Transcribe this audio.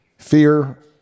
fear